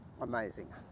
amazing